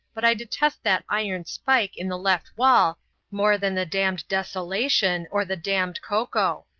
but i detest that iron spike in the left wall more than the damned desolation or the damned cocoa.